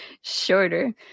shorter